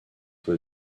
will